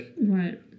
right